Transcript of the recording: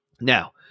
Now